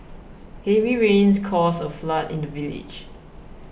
heavy rains caused a flood in the village